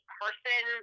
person